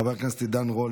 חבר הכנסת עידן רול,